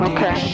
Okay